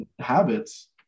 Habits